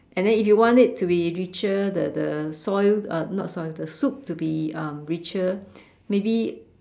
and then if you want it to be richer the the soil uh not soil the soup to be um richer maybe